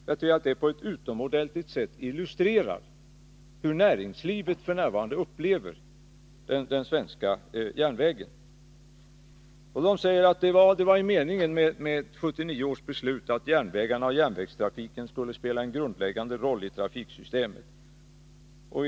Jag tycker att det på ett utomordentligt sätt illustrerar hur näringslivet f. n. uppfattar den svenska järnvägen. Man säger att det var meningen med 1979 års beslut att järnvägarna och järnvägstrafiken skulle spela en grundläggande roll i trafiksystemet.